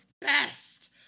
best